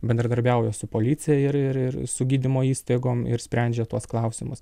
bendradarbiauja su policija ir ir su gydymo įstaigom ir sprendžia tuos klausimus